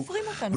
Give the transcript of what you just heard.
לא סופרים אותנו.